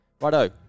righto